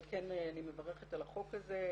ועל כן אני מברכת על החוק הזה,